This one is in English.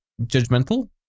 judgmental